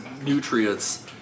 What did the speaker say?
nutrients